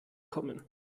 kommen